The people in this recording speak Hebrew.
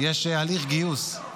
יש הליך גיוס.